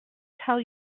tell